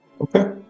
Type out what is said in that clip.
Okay